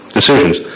decisions